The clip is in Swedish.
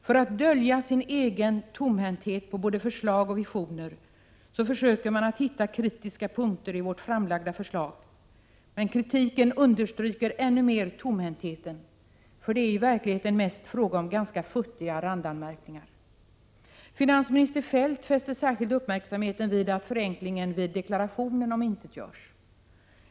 För att dölja sin egen tomhänthet på både förslag och visioner försöker man att hitta kritiska punkter i vårt framlagda förslag. Men kritiken understryker ännu mer tomhäntheten, för i verkligheten är det mest fråga om futtiga randanmärkningar. Finansminister Feldt fäste särskilt uppmärksamheten vid att förenklingen av deklarationerna omintetgörs.